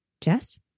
Jess